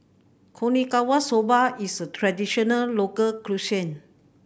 Okinawa Soba is a traditional local cuisine